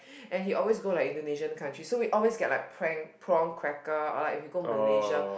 and he always go like Indonesian country so we always get like prank prawn cracker or like if go Malaysia